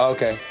Okay